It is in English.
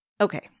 Okay